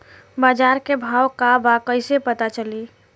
बाजार के भाव का बा कईसे पता चली?